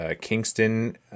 kingston